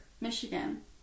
Michigan